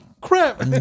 Crap